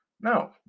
No